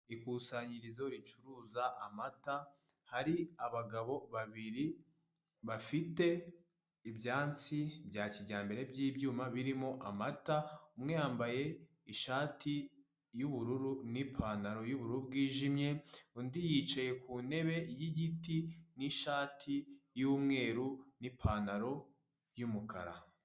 Ikusanyirizo ricuruza amata hari abagabo babiri bafite ibyansi bya kijyambere by'ibyuma birimo amata umwe yambaye ishati y'ubururu n'ipantaro y'ubururu bwijimye undi yicaye ku ntebe y'igiti n'ishati y'umweru n'ipantaro y'umukara.